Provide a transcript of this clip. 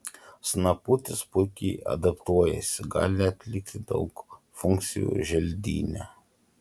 snaputis puikiai adaptuojasi gali atlikti daug funkcijų želdyne